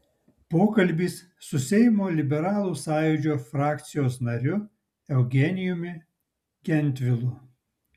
pokalbis su seimo liberalų sąjūdžio frakcijos nariu eugenijumi gentvilu